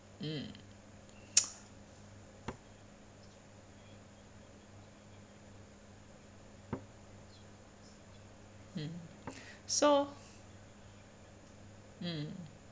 mm mm so mm